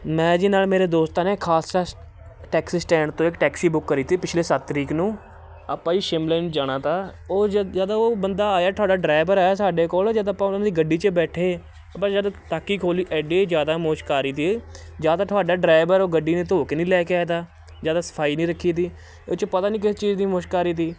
ਮੈਂ ਜੀ ਨਾਲ ਮੇਰੇ ਦੋਸਤਾਂ ਨੇ ਖਾਲਸਾ ਟੈਕਸੀ ਸਟੈਂਡ ਤੋਂ ਇੱਕ ਟੈਕਸੀ ਬੁੱਕ ਕਰੀ ਤੀ ਪਿਛਲੇ ਸੱਤ ਤਰੀਕ ਨੂੰ ਆਪਾਂ ਜੀ ਸ਼ਿਮਲੇ ਨੂੰ ਜਾਣਾ ਤਾ ਉਹ ਜ ਜਦ ਉਹ ਬੰਦਾ ਆਇਆ ਤੁਹਾਡਾ ਡਰਾਈਵਰ ਆਇਆ ਸਾਡੇ ਕੋਲ ਜਦ ਆਪਾਂ ਉਹਨਾਂ ਦੀ ਗੱਡੀ 'ਚ ਬੈਠੇ ਆਪਾਂ ਜਦ ਤਾਕੀ ਖੋਲ੍ਹੀ ਐਡੇ ਜ਼ਿਆਦਾ ਮੁਸ਼ਕ ਆ ਰਹੀ ਤੀ ਜਾਂ ਤਾਂ ਤੁਹਾਡਾ ਡਰਾਈਵਰ ਉਹ ਗੱਡੀ ਨੂੰ ਧੋ ਕੇ ਨਹੀਂ ਲੈ ਕੇ ਆਇਆ ਤਾ ਜਾਂ ਤਾਂ ਸਫਾਈ ਨਹੀਂ ਰੱਖੀ ਤੀ ਇਹ 'ਚ ਪਤਾ ਨਹੀਂ ਕਿਸ ਚੀਜ਼ ਦੀ ਮੁਸ਼ਕ ਆ ਰਹੀ ਤੀ